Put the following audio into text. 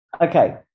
Okay